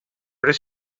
this